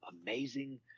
amazing